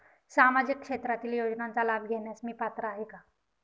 सामाजिक क्षेत्रातील योजनांचा लाभ घेण्यास मी पात्र आहे का?